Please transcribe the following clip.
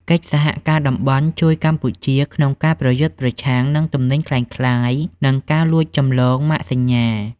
កិច្ចសហការតំបន់ជួយកម្ពុជាក្នុងការប្រយុទ្ធប្រឆាំងនឹងទំនិញក្លែងក្លាយ និងការលួចចម្លងម៉ាកសញ្ញា។